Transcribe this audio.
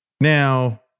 Now